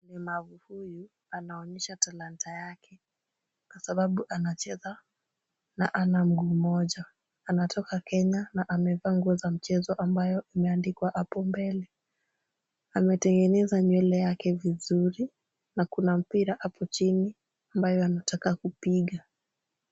Mlemavu huyu anaonyesha talanta yake kwa sababu anacheza na hana mguu mmoja. Anatoka Kenya na amevaa nguo za mchezo ambayo imeandikwa hapo mbele. Ametengeneza nywele yake vizuri na kuna mpira hapo chini ambayo anataka kupiga.